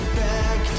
back